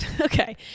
Okay